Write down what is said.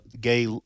gay